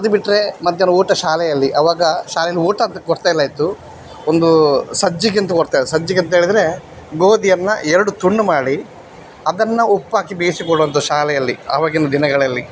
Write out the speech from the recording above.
ಅದು ಬಿಟ್ಟರೆ ಮಧ್ಯಾಹ್ನ ಊಟ ಶಾಲೆಯಲ್ಲಿ ಅವಾಗ ಶಾಲೆಯಲ್ಲಿ ಊಟ ಕೊಡ್ತಾಯಿಲ್ಲ ಇತ್ತು ಒಂದು ಸಜ್ಜಿಗೆ ಅಂತ ಕೊಡ್ತಾಯಿದ್ದರು ಸಜ್ಜಿಗೆ ಅಂತ ಹೇಳಿದ್ರೆ ಗೋಧಿಯನ್ನು ಎರಡು ತುಂಡು ಮಾಡಿ ಅದನ್ನು ಉಪ್ಪು ಹಾಕಿ ಬೇಯಿಸಿ ಕೊಡುವಂಥದ್ದು ಶಾಲೆಯಲ್ಲಿ ಅವಾಗಿನ ದಿನಗಳಲ್ಲಿ